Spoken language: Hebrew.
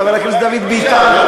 חבר הכנסת דוד ביטן,